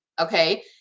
okay